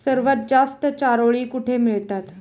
सर्वात जास्त चारोळी कुठे मिळतात?